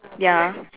ya